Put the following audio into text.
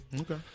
Okay